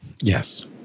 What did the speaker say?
Yes